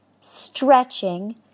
Stretching